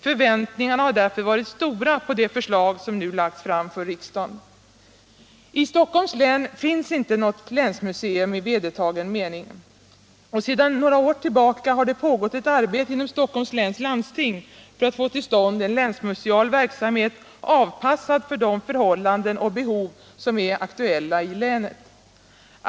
Förväntningarna har därför varit stora på det förslag som nu lagts fram för riksdagen. I Stockholms län finns inte något länsmuseum i vedertagen mening, och sedan några år tillbaka har det pågått ett arbete inom Stockholms läns landsting för att få till stånd en länsmuseal verksamhet, avpassad för de förhållanden och behov som är aktuella i länet.